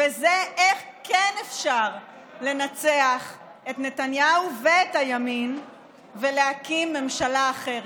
וזה איך כן אפשר לנצח את נתניהו ואת הימין ולהקים ממשלה אחרת.